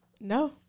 No